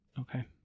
Okay